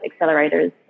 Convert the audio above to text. accelerators